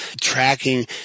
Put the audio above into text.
tracking